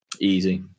Easy